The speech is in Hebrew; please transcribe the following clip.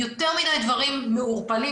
יותר מדי דברים מעורפלים,